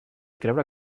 creure